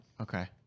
Okay